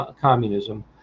communism